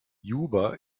juba